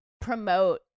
promote